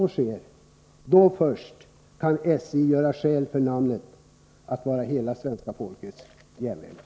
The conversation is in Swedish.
Då först kan SJ göra skäl för namnet att vara hela svenska folkets järnväg.